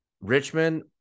Richmond